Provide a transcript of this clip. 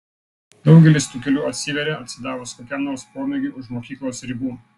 daugelis tų kelių atsiveria atsidavus kokiam nors pomėgiui už mokyklos ribų